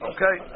Okay